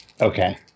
Okay